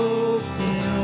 open